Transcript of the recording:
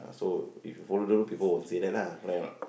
so if you follow the rule people won't say that lah correct or not